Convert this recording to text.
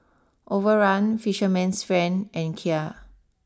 Overrun Fisherman's Friend and Kia